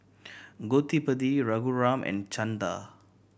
Gottipati Raghuram and Chanda